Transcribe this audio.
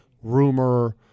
rumor